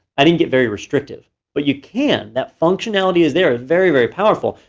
i didn't get very restrictive. but you can, that functionality is there, ah very very powerful.